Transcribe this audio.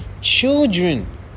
children